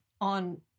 on